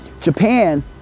Japan